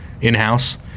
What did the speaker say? in-house